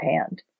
hand